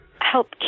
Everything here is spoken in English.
help